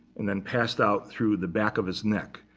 and then passed out through the back of his neck.